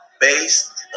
based